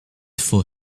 for